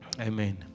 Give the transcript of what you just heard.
amen